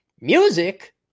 Music